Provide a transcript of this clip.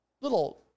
little